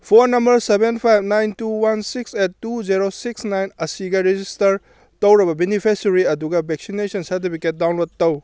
phone number seven five nine two one six eight two zero six nine ꯑꯁꯤꯒ register ꯇꯧꯔꯕ beneficiary ꯑꯗꯨꯒ vaccination certificate download ꯇꯧ